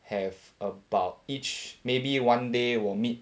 have about each maybe one day 我 meet